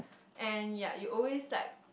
and ya you always like